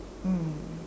mm